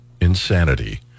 insanity